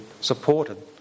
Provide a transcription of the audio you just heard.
supported